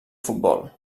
futbol